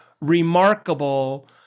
remarkable